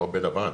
לא בלבן,